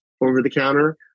over-the-counter